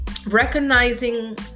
Recognizing